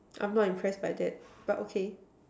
I'm not impressed by that but okay